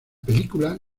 película